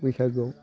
बैसागोआव